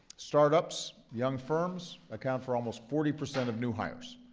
startups, young firms account for almost forty percent of new hires.